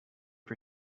for